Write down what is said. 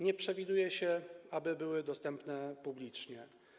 Nie przewiduje się, aby były dostępne publicznie.